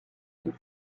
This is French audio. fils